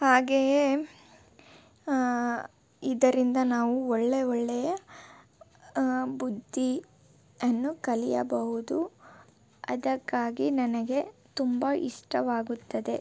ಹಾಗೆಯೇ ಇದರಿಂದ ನಾವು ಒಳ್ಳೆಯ ಒಳ್ಳೆಯ ಬುದ್ದಿಯನ್ನು ಕಲಿಯಬಹುದು ಅದಕ್ಕಾಗಿ ನನಗೆ ತುಂಬ ಇಷ್ಟವಾಗುತ್ತದೆ